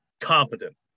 competent